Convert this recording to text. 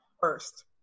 First